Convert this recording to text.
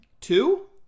Two